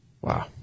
Wow